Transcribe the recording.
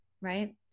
right